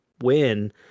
win